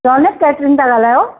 रौनक catering था ॻाल्हायो